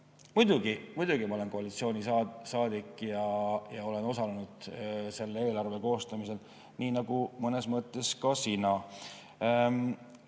Muidugi, ma olen koalitsioonisaadik ja olen osalenud selle eelarve koostamisel, nii nagu mõnes mõttes ka sina.